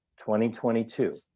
2022